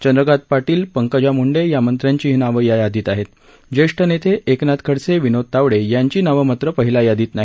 चंद्रकांत पाटील पंकजा मुंडे या मंत्र्यांचीही नावं यादीत आहेत ज्येष्ठ नेते एकनाथ खडसे विनोद तावडे यांची नावं मात्र पहिल्या यादीत नाही